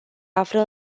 află